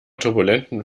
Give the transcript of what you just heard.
turbulenten